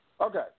Okay